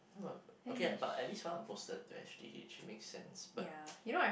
oh okay lah but at least I got posted to S_G_H makes sense but